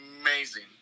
amazing